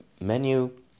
menu